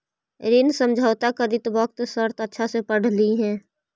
ऋण समझौता करित वक्त शर्त अच्छा से पढ़ लिहें